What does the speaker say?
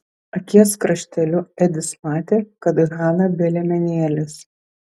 akies krašteliu edis matė kad hana be liemenėlės